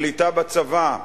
הקליטה בצבא,